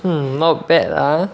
hmm not bad ah